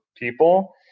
people